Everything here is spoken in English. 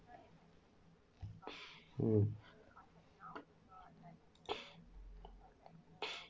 um